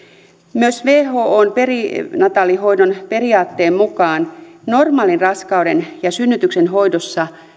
myös whon perinataalihoidon periaatteen mukaan normaalin raskauden ja synnytyksen hoidossa